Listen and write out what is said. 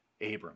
Abram